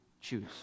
choose